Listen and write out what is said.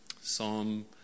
Psalm